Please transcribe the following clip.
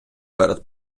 перед